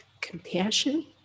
compassion